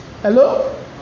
Hello